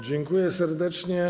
Dziękuję serdecznie.